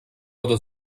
oder